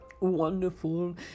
wonderful